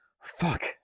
Fuck